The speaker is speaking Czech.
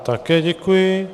Také děkuji.